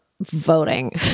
voting